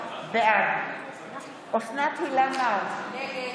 בעד אוסנת הילה מארק,